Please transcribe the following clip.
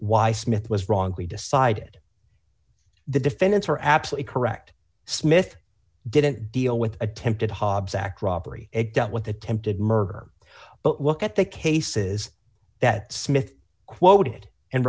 why smith was wrongly decided the defendants are absolutely correct smith didn't deal with attempted hobbs act robbery it dealt with attempted murder but what at the cases that smith quoted and